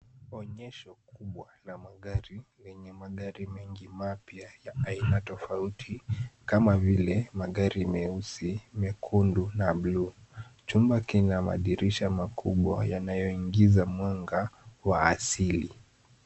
Onyesho kubwa la magari lenye magari mengi mapya ya aina tofauti kama vile magari meusi, mekundu na buluu. Chumba kina madirisha makubwa yanayoingiza mwanga wa asili.